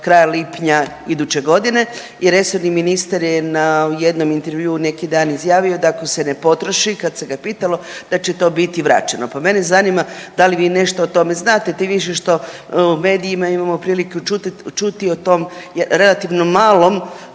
kraja lipnja iduće godine. I resorni ministar je na jednom intervjuu neki dan izjavio, da ako se ne potroši kad se ga pitalo da će to biti vraćeno. Pa mene zanima da li nešto o tome znate tim više što u medijima imamo prilike čuti o tom relativno malom